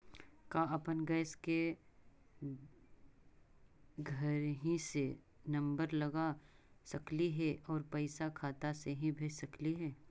का अपन गैस के घरही से नम्बर लगा सकली हे और पैसा खाता से ही भेज सकली हे?